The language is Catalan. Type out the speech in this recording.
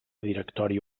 directori